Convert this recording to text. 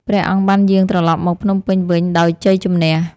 ព្រះអង្គបានយាងត្រឡប់មកភ្នំពេញវិញដោយជ័យជម្នះ។